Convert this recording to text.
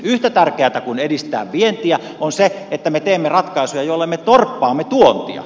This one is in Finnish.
yhtä tärkeätä kuin edistää vientiä on se että me teemme ratkaisuja joilla me torppaamme tuontia